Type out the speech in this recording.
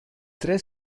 tre